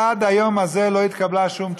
עד היום הזה לא התקבלה שום תשובה.